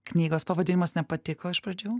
knygos pavadinimas nepatiko iš pradžių